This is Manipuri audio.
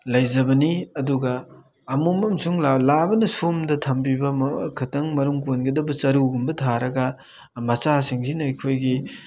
ꯂꯩꯖꯕꯅꯤ ꯑꯗꯨꯒ ꯑꯃꯣꯝ ꯑꯃꯁꯨꯡ ꯂꯥꯕꯅ ꯁꯣꯝꯗ ꯊꯝꯕꯤꯕ ꯈꯇꯪ ꯃꯔꯨꯝ ꯀꯣꯟꯒꯗꯕ ꯆꯔꯨꯒꯨꯝꯕ ꯊꯥꯔꯒ ꯃꯆꯥꯁꯤꯡꯁꯤꯅ ꯑꯩꯈꯣꯏꯒꯤ